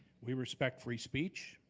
we respect free speech.